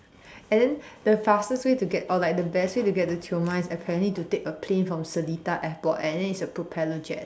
and then the fastest way to get or like the best way to get to Tioman is apparently to take a plane from Seletar airport and then it's a propeller jet